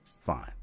Fine